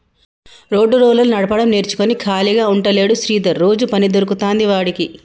road roller నడపడం నేర్చుకుని ఖాళీగా ఉంటలేడు శ్రీధర్ రోజు పని దొరుకుతాంది వాడికి